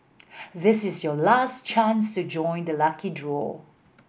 this is your last chance to join the lucky draw